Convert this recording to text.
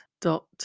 dot